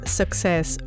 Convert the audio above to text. success